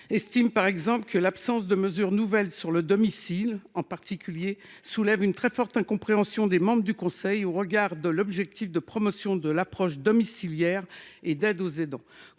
particulier de « l’absence de mesures nouvelles sur le domicile ». Cette lacune a suscité « une très forte incompréhension des membres du conseil au regard de l’objectif de promotion de l’approche domiciliaire et d’aide aux aidants